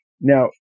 Now